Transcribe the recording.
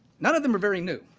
none of them are very new.